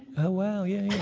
oh, wow. yeah, yeah.